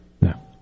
No